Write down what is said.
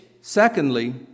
Secondly